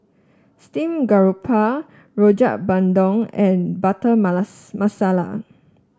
Steamed Garoupa Rojak Bandung and Butter Malasa Masala